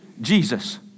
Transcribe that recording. Jesus